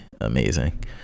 amazing